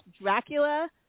Dracula